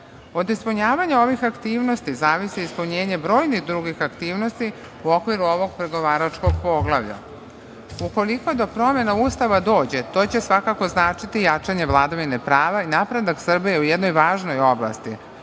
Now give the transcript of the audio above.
ispunjavanja ovih aktivnosti zavisi ispunjenje brojnih drugih aktivnosti u okviru ovog pregovaračkog poglavlja. Ukoliko do promena Ustava dođe to će svakako značiti jačanje vladavine prava i napredak Srbije u jednoj važnoj oblasti,